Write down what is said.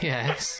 Yes